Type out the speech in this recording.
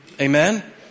Amen